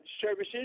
services